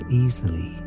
easily